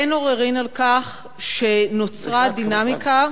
אין עוררין על כך שנוצרה דינמיקה,